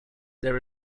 there